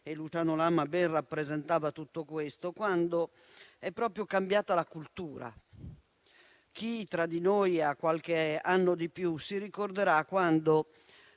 e Luciano Lama ben rappresentava tutto questo - quando è cambiata la cultura stessa; chi tra di noi ha qualche anno di più si ricorderà quando